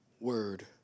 word